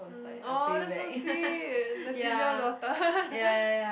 mm oh that's so sweet the filial daughter